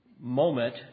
moment